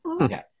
Okay